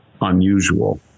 unusual